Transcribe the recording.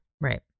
Right